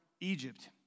Egypt